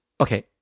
Okay